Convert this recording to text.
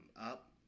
up